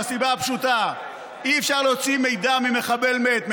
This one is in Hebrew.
מהסיבה הפשוטה שאי-אפשר להוציא מידע ממחבל מת,